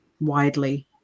widely